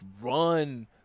run